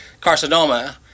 carcinoma